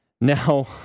now